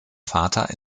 vater